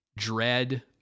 dread